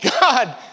God